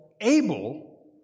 able